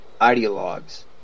ideologues